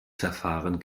verfahren